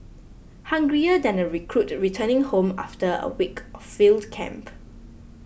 hungrier than a recruit returning home after a week of field camp